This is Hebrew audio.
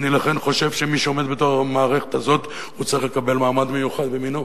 לכן אני חושב שמי שעומד בראש במערכת הזאת צריך לקבל מעמד מיוחד במינו,